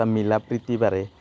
মিলা প্ৰীতি বাঢ়ে